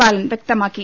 ബാലൻ വ്യക്തമാക്കി